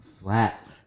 Flat